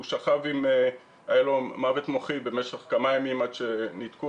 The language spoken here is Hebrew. היה לו מוות מוחי במשך כמה ימים עד שניתקו